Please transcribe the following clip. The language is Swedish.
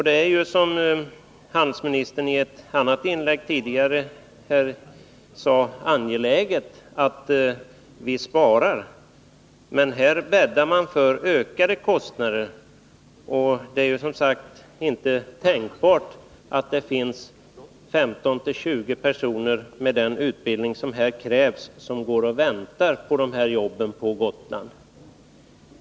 Det är ju, som handelsministern i ett inlägg tidigare sade, angeläget att vi sparar, men här bäddar man för ökade kostnader. Det är som sagt inte tänkbart att det finns 15-20 personer med den utbildning som här krävs vilka går och väntar på de här jobben på Gotland.